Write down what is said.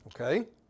okay